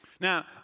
Now